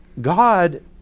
God